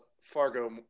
Fargo